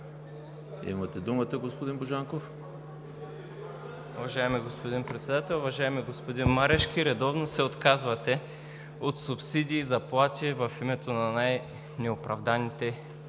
Имате думата, господин Шопов.